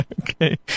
Okay